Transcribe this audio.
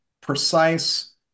precise